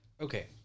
okay